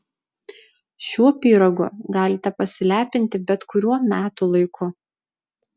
šiuo pyragu galite pasilepinti bet kuriuo metų laiku